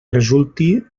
resulti